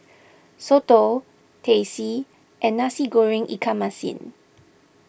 Soto Teh C and Nasi Goreng Ikan Masin